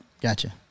Gotcha